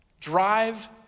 Drive